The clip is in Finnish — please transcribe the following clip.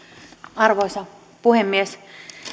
arvoisa puhemies